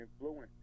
influence